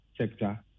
sector